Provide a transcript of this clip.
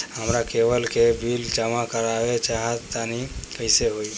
हमरा केबल के बिल जमा करावल चहा तनि कइसे होई?